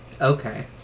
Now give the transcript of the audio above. Okay